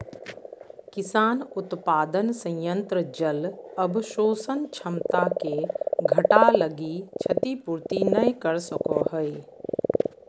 किसान उत्पादन संयंत्र जल अवशोषण क्षमता के घटा लगी क्षतिपूर्ति नैय कर सको हइ